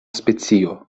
specio